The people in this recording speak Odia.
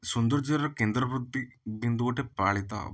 ସୌନ୍ଦର୍ଯ୍ୟର କେନ୍ଦ୍ରବୃତ୍ତି କିନ୍ତୁ ଗୋଟେ ପାଳିତ ହେବ